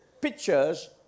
pictures